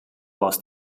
was